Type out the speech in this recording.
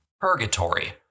purgatory